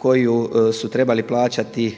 koju su trebali plaćati